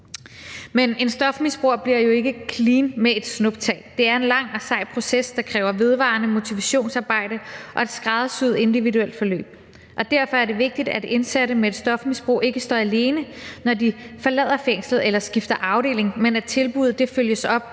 Men en stofmisbruger bliver jo ikke clean med et snuptag, det er en lang og sej proces, der kræver vedvarende motivationsarbejde og et skræddersyet individuelt forløb. Derfor er det vigtigt, at indsatte med et stofmisbrug ikke står alene, når de forlader fængslet eller skifter afdeling, men at tilbuddet følges op